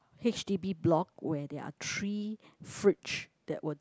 h_d_b block where there are three fridge that were